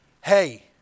hey